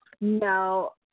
No